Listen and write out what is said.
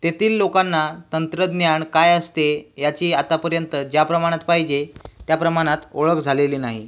तेथील लोकांना तंत्रज्ञान काय असते याची आतापर्यंत ज्या प्रमाणात पाहिजे त्या प्रमाणात ओळख झालेली नाही